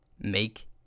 Make